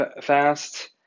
fast